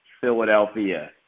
Philadelphia